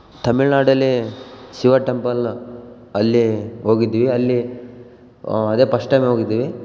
ತಮಿಳುನಾಡಲ್ಲಿ ಶಿವ ಟೆಂಪಲ್ ಅಲ್ಲಿ ಹೋಗಿದಿವಿ ಅಲ್ಲಿ ಅದೇ ಪಸ್ಟ್ ಟೈಮ್ ಹೋಗಿದಿವಿ